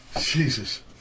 Jesus